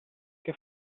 che